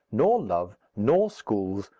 nor love, nor schools,